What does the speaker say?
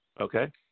Okay